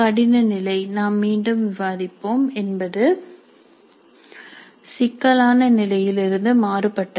கடின நிலை நாம் மீண்டும் விவாதிப்போம் என்பது சிக்கலான நிலையில் இருந்து மாறுபட்டது